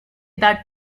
that